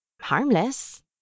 harmless